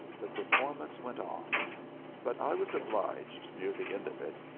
the performance went on but i was obliged, near the end of it,